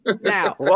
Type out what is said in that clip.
now